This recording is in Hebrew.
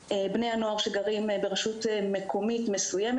שלא כל בני נוער שמתגוררים ברשות מקומית מסוימת